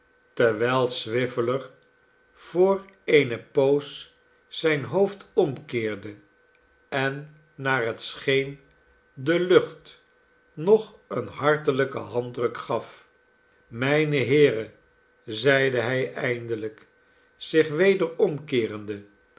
terwijl swiveller voor eene poos zijn hoofd omkeerde en naar het scheen de lucht nog een hartelijken handdruk gaf mijne heeren zeide hij eindelijk zich weder omkeerende